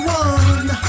one